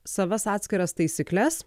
savas atskiras taisykles